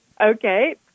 Okay